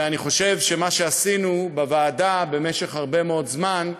אני חושב שמה שעשינו בוועדה, במשך הרבה מאוד זמן,